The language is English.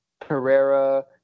Pereira